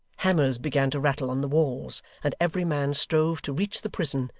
hammers began to rattle on the walls and every man strove to reach the prison,